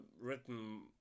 written